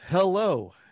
Hello